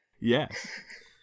Yes